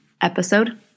episode